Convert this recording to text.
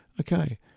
Okay